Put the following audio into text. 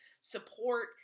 support